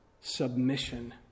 submission